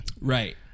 right